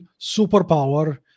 superpower